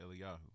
Eliyahu